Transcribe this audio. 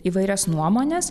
įvairias nuomones